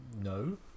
no